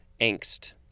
angst